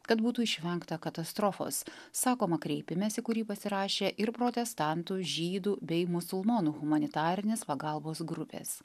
kad būtų išvengta katastrofos sakoma kreipimesi kurį pasirašė ir protestantų žydų bei musulmonų humanitarinės pagalbos grupės